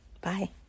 Bye